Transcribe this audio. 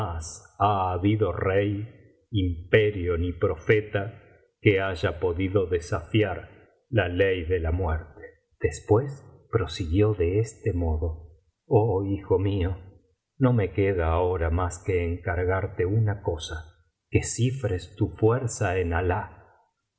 ha habido rey imperio w profeta que haya podido desafiar la ley de la muerte después prosiguió de este modo gh hijo mío no me queda ahora mas que encargarte una cosa que cifres tu fuerza en